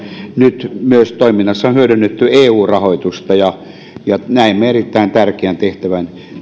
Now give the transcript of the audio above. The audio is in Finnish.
nyt toiminnassa on hyödynnetty myös eu rahoitusta ja liikenne ja viestintävaliokunnassa näemme erittäin tärkeän tehtävän